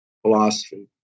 philosophy